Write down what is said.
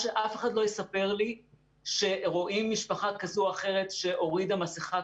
שאף לא יספר לי שרואים משפחה כזו או אחרת שהורידה מסכה